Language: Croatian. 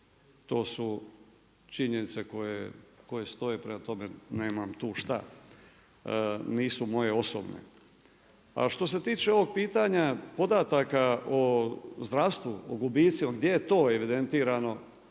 To su činjenice koje stoje, prema tome nemam tu šta, nisu moje osobne. A što se tiče ovog pitanja podataka o zdravstvu, o gubitcima gdje je to evidentirano.